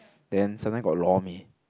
then sometimes got lor-mee